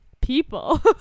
people